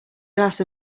glass